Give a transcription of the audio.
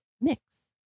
mix